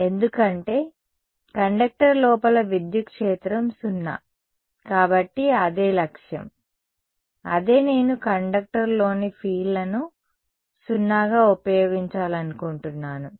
E ఎందుకంటే conductor లోపల విద్యుత్ క్షేత్రం 0 కాబట్టి అదే లక్ష్యం అదే నేను కండక్టర్లోని ఫీల్డ్లను 0గా ఉపయోగించాలనుకుంటున్నాను